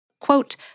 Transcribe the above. Quote